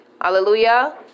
Hallelujah